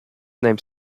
name